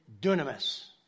dunamis